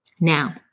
Now